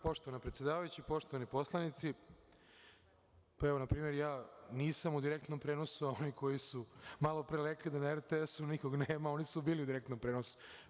Poštovana predsedavajuća, poštovani poslanici, na primer ja nisam u direktnom prenosu, a oni koji su malopre rekli da na RTS-u nikog nema, oni su bili u direktnom prenosu.